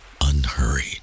unhurried